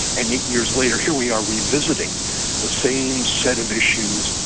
and eight years later here we are revisiting the same set of issues.